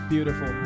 Beautiful